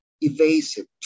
evasive